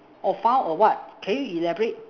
orh found a what can you elaborate